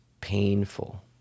painful